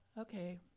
Okay